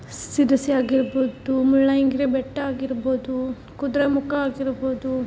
ಶಿರಸಿ ಆಗಿರ್ಬೊದು ಮುಳ್ಳಯ್ಯನಗಿರಿ ಬೆಟ್ಟ ಆಗಿರ್ಬೊದು ಕುದುರೆಮುಖ ಆಗಿರ್ಬೊದು